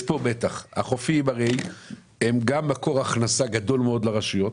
החופים הם גם מקור הכנסה גדול מאוד לרשויות.